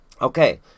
Okay